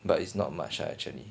but it's not much lah actually